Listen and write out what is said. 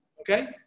Okay